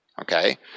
Okay